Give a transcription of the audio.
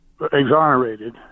exonerated